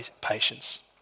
patience